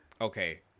Okay